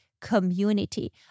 community